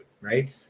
right